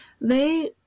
They